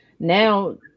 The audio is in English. now